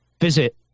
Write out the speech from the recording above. visit